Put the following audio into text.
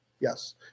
Yes